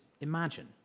imagine